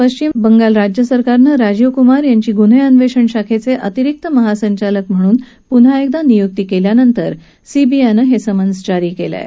पश्चिम बंगाल राज्य सरकारनं राजीव कुमार यांची गुन्हे अन्वेषण शाखेचे अतिरिक्त महासंचालक म्हणून पुन्हा एकदा नियुक्ती केल्यानंतर सीबीआयनं हे समन्स जारी केलं आहे